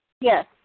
Yes